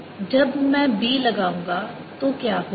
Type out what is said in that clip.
अब जब मैं B लगाऊंगा तो क्या होगा